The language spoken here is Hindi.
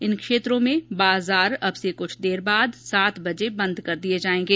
इन क्षेत्रों में बाजार अब से कुछ देर बाद सात बजे बंद कर दिए जाएंगे